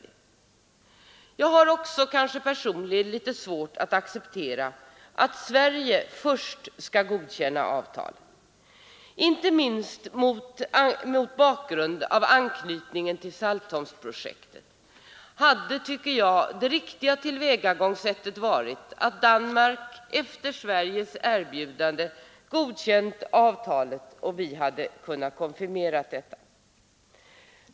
Jag har också litet svårt att acceptera att Sverige först skall godkänna avtalet. Inte minst mot bakgrund av anknytningen till Saltholmsprojektet hade, tycker jag, det riktiga tillvägagångssättet varit att Danmark efter Sveriges erbjudande godkänt avtalet och vi hade kunnat konfirmera detta.